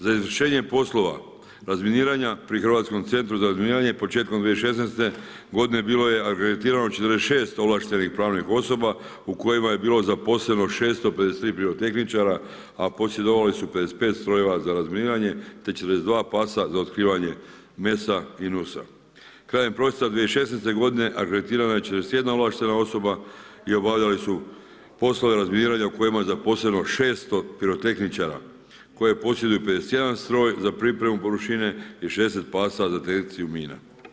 Za izvršenje poslova razminiranja pri Hrvatskom centru za razminiranje početkom 2016. godine bilo je akreditirano 46 ovlaštenih pravnih osoba u kojima je bilo zaposleno 653 pirotehničara, a posjedovali su 55 strojeva za razminiranje, te 42 psa za otkrivanje MES-a i NUS-a. krajem prosinca 2016. godine akreditirano je 41 ovlaštena osoba i obavljali su poslove razminiranja u kojima je zaposleno 600 pirotehničara koje posjeduju 51 stroj za pripremu površine i 60 pasa za detekciju mina.